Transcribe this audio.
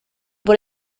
por